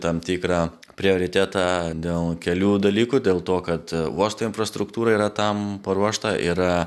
tam tikrą prioritetą dėl kelių dalykų dėl to kad uosto infrastruktūra yra tam paruošta yra